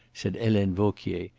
said helene vauquier,